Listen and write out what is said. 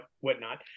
whatnot